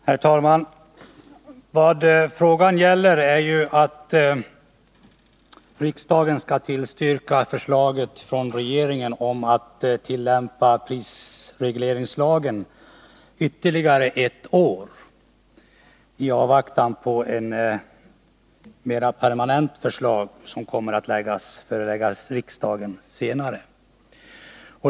Herr talman! Vad frågan gäller är ju att riksdagen skall tillstyrka förslaget från regeringen om tillämpning av prisregleringslagen under ytterligare ett år i avvaktan på ett permanent förslag, som senare kommer att föreläggas riksdagen.